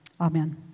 Amen